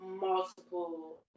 multiple